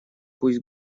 пусть